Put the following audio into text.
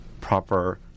proper